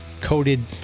Coated